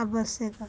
ଆବଶ୍ୟକ